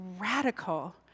radical